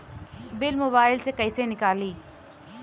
Bill mobile से कईसे निकाली?